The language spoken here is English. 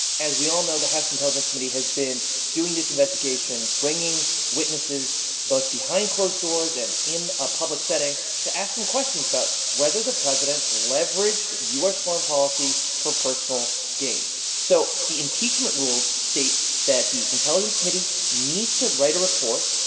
as we all know, the house intelligence committee has been doing this investigation, bringing witnesses both behind closed doors and in a public setting to ask them questions about whether the president leveraged u s. foreign policy for personal gain. so the impeachment rules state that the intelligence committee needs to write a report,